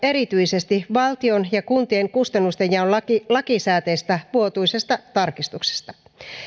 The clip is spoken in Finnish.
erityisesti valtion ja kuntien kustannustenjaon lakisääteisestä vuotuisesta tarkistuksesta